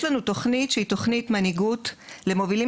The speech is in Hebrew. יש לנו תכנית שהיא תכנית מנהיגות למובילים